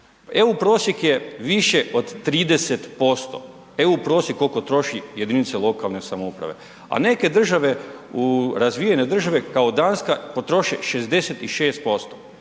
EU prosjek je više od 30%, eu prosjek koliko troši jedinice lokalne samouprave, a neke države razvijene države kao Danska potroše 66%.